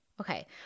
Okay